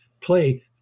play